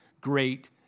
great